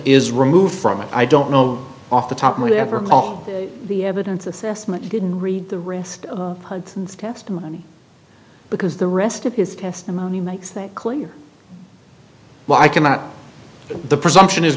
is removed from it i don't know off the top whatever all the evidence assessment you didn't read the rest hudson's testimony because the rest of his testimony makes that clear why cannot the presumption is